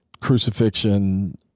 crucifixion